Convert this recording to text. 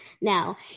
now